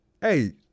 hey